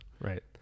Right